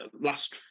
Last